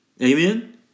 Amen